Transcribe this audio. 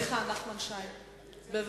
סליחה, חבר הכנסת נחמן שי.